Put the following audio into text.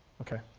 okay,